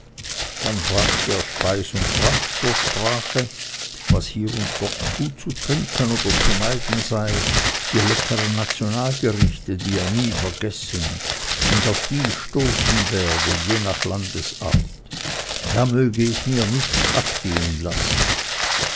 dann brachte er speis und trank zur sprache was hier oder dort gut zu trinken oder zu meiden sei die leckeren nationalgerichte die er nie vergessen und auf die ich stoßen werde je nach landesart da möge ich mir nichts abgehen lassen